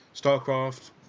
Starcraft